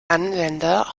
anwender